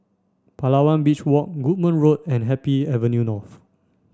Palawan Beach Walk Goodman Road and Happy Avenue North